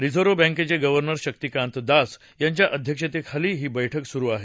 reserve बँकेचे governor Shaktikanta Das यांच्या अध्यक्षतेखाली ही बस्कि सुरू आहे